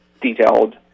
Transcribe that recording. detailed